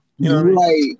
Right